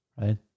Right